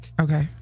Okay